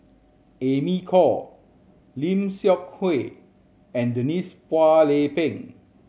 Amy Khor Lim Seok Hui and Denise Phua Lay Peng